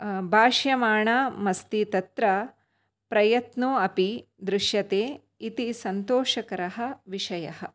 भाष्यमाणामस्ति तत्र प्रयत्नो अपि दृश्यते इति संतोषकरः विषयः